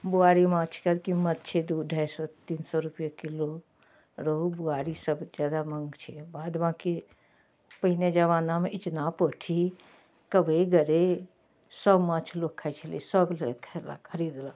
बुआरी माँछके कीमत छै दुइ अढ़ाइ सौ तीन सओ रुपैए किलो रोहु बुआरी सबसे जादा माँग छै बाद बाँकी पहिने जमानामे इचना पाेठी कब्बै गरइ सब माँछ लोक खाइ छलै सब जगह खएलक खरिदलक